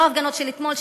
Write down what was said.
לא ההפגנות של אתמול,